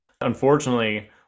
Unfortunately